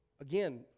Again